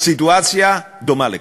סיטואציה דומה לכך.